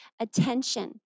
attention